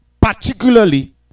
particularly